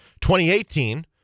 2018